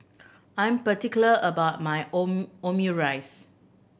I am particular about my Omurice